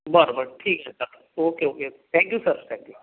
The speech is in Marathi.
बरं बरं ठीक आहे चला okay okay thank you sir thank you